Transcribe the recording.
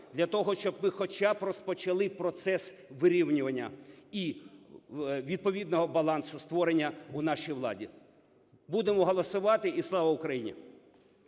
для того, щоб ми хоча б почали процес вирівнювання і відповідного балансу створення у нашій владі. Будемо голосувати. І слава Україні!